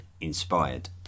inspired